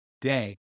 day